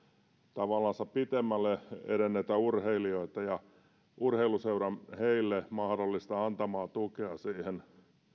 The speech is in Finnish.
tavallansa pitemmälle edenneitä urheilijoita ja urheiluseuran heille antamaa mahdollista tukea siihen